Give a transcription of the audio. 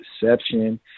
deception